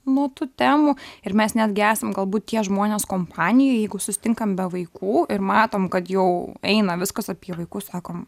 nuo tų temų ir mes netgi esam galbūt tie žmonės kompanijoj jeigu susitinkam be vaikų ir matom kad jau eina viskas apie vaikus sakom